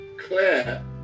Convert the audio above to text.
Claire